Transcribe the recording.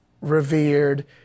revered